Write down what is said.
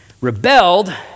Rebelled